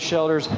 shelters.